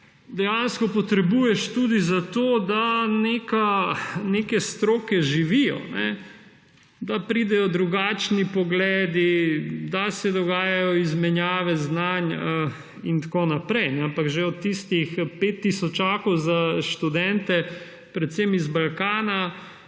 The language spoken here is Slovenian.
dejansko potrebuješ študij zato, da neke stroke živijo. Da pridejo drugačni pogledi, da se dogajajo izmenjave znanj in tako naprej, ampak že od tistih 5 tisočakov za študente predvsem z Balkana,